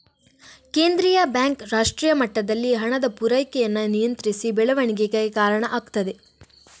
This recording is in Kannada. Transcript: ಕೇಂದ್ರೀಯ ಬ್ಯಾಂಕ್ ರಾಷ್ಟ್ರೀಯ ಮಟ್ಟದಲ್ಲಿ ಹಣದ ಪೂರೈಕೆಯನ್ನ ನಿಯಂತ್ರಿಸಿ ಬೆಳವಣಿಗೆಗೆ ಕಾರಣ ಆಗ್ತದೆ